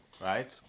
right